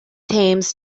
thames